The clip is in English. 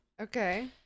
Okay